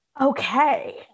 Okay